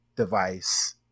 device